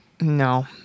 No